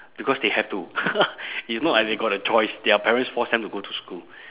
because they have to it's not like they got a choice their parents force them to go to school